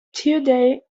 today